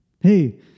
hey